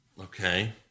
okay